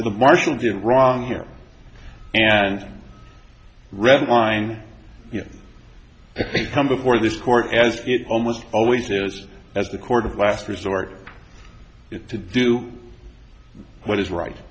as a marshal did wrong here and red wine come before this court as it almost always is as the court of last resort to do what is right